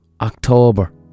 October